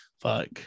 fuck